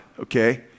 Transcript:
Okay